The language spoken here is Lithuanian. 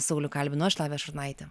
saulių kalbinu aš lavija šurnaitė